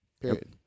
Period